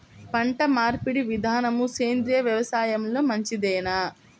పంటమార్పిడి విధానము సేంద్రియ వ్యవసాయంలో మంచిదేనా?